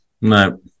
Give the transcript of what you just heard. No